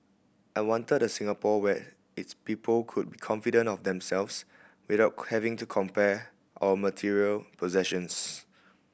I wanted a Singapore where its people could be confident of themselves without having to compare our material possessions